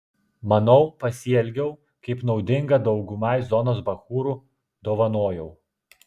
manau pasielgiau kaip naudinga daugumai zonos bachūrų dovanojau